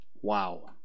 wow